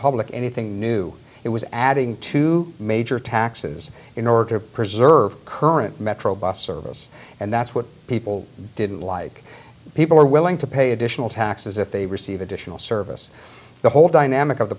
public anything new it was adding two major taxes in order to preserve current metro bus service and that's what people didn't like people were willing to pay additional taxes if they receive additional service the whole dynamic of the